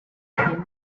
mir